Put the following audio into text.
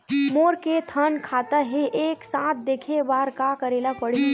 मोर के थन खाता हे एक साथ देखे बार का करेला पढ़ही?